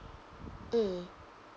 mm